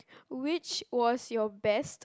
which was your best